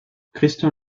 christian